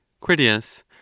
Critias